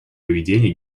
поведения